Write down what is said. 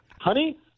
honey